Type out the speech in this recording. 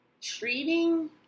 treating